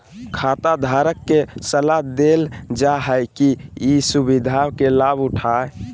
खाताधारक के सलाह देल जा हइ कि ई सुविधा के लाभ उठाय